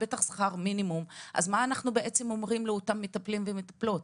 בטח שכר מינימום אז מה אנחנו בעצם אומרים לאותם מטפלים ומטפלות?